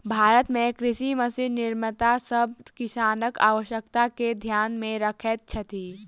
भारत मे कृषि मशीन निर्माता सभ किसानक आवश्यकता के ध्यान मे रखैत छथि